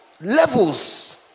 levels